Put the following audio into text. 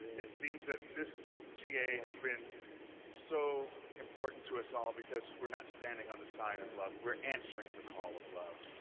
it seems that this ga has been so important to us all, because we're not standing on the side of love. we're answering the call of love.